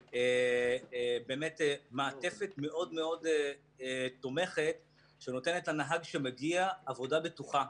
באמת מעטפת מאוד מאוד תומכת שניתנת לנהג שמגיע עבודה בטוחה.